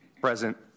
Present